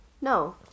No